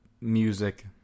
music